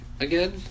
again